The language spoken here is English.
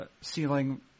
ceiling